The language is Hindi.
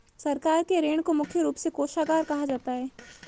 सरकार के ऋण को मुख्य रूप से कोषागार कहा जाता है